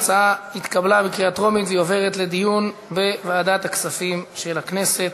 ההצעה התקבלה בקריאה טרומית ומועברת לדיון בוועדת הכספים של הכנסת.